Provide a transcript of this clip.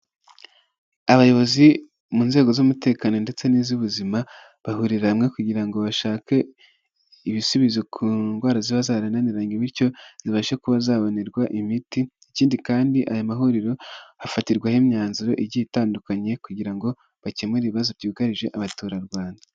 Abayobozi mu nzego z'umutekano ndetse n'iz'ubuzima bahurira hamwe kugira ngo bashake ibisubizo ku ndwara ziba zarananiranye bityo zibashe kuba zabonerwa imiti, ikindi kandi aya mahuriro hafatirwayo imyanzuro igiye itandukanye kugira ngo bakemure ibibazo byugarije abaturarwanda.